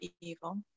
evil